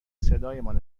صدایمان